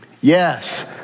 Yes